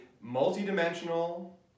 multi-dimensional